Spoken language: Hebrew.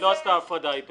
לא עשיתי הפרדה.